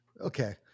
okay